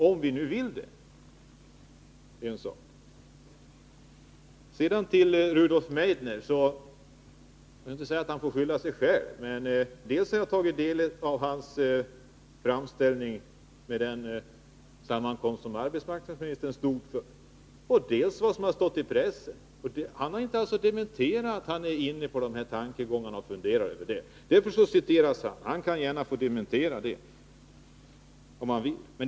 Om man vill det är en annan sak. Beträffande Rudolf Meidner vill jag inte säga att han får skylla sig själv. Jag har tagit del dels av hans framställning, som även arbetsmarknadsministern står bakom, dels av vad som stått i pressen. Han har alltså inte dementerat att han är inne på de här tankarna och funderar över dem. Det får förstås citeras, och han kan gärna få dementera det om han vill.